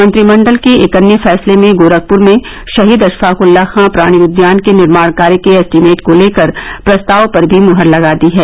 मंत्रिमंडल ने एक अन्य फैसले में गोरखपुर में शहीद अशफाक उल्ला खां प्राणि उद्यान के निर्माण कार्य के एस्टीमेट को लेकर प्रस्ताव पर भी मुहर लगा दी है